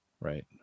Right